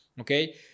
okay